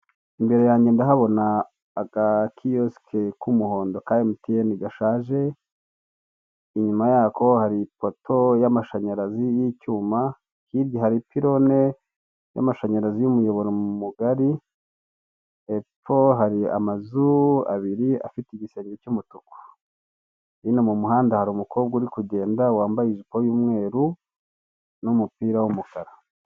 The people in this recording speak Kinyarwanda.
Imbere yange ndahabona agakiyosike k'umuhondo ka emutiyeni gashaje, inyuma yako hari ipoto y'amashanyarazi y'icyuma, hirya hari ipirone y'amashanyarazi y'umuyoboro mugari, hepfo hari amazu abiri afite igisenge cy'umutuku. Hino mu muhanda hari umukobwa uri kugenda, wambaye ijipo y'umweru n'umupira w'umukara.